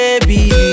Baby